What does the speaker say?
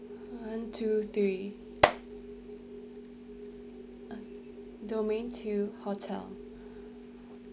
one two three domain two hotel